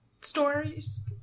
stories